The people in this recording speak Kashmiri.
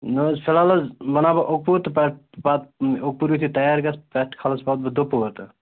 نہَ حظ فِلحال حظ بناو بہٕ اوٚکپوٗر تہٕ پتہٕ پتہٕ اوٚکپوٗر یِتھُے تیار گژھِ پٮ۪ٹھ کھالہوس پتہٕ بہٕ دُپۅہُر تہِ